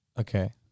Okay